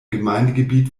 gemeindegebiet